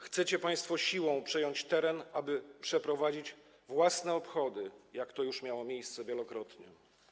Chcecie państwo siłą przejąć teren, aby przeprowadzić własne obchody, tak jak już to miało miejsce wielokrotnie.